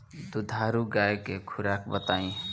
दुधारू गाय के खुराक बताई?